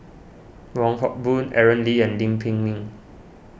Wong Hock Boon Aaron Lee and Lim Pin Min